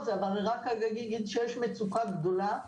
אבל אני רק אגיד שיש מצוקה גדולה.